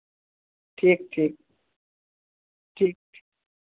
ठीक ठीक ठीक ठीक